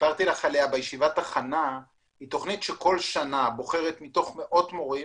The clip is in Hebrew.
היא תכנית שכל שנה בוחרת מתוך מאות מורים